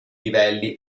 livelli